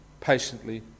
patiently